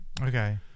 Okay